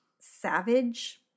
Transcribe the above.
Savage